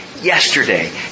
yesterday